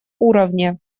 уровне